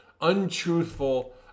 untruthful